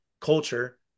culture